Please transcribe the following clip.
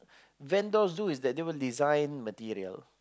vendors do is that they will design material